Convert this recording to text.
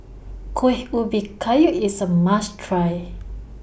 Kuih Ubi Kayu IS A must Try